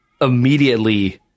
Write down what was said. immediately